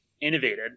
innovated